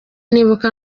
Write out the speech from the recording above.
nibuka